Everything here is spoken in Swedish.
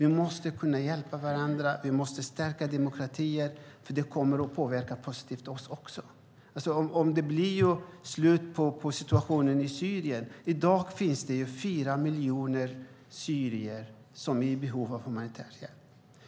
Vi måste kunna hjälpa varandra, och vi måste stärka demokratier, för det kommer att påverka oss positivt också, till exempel om det blir slut på situationen i Syrien. I dag finns det 4 miljoner syrier som är i behov av humanitär hjälp.